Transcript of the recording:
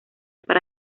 para